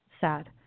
sad